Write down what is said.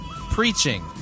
preaching